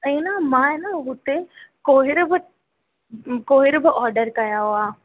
ऐं आहिनि मां आहे न हुते कुहर बि कुहर बि ऑडर कया हुआ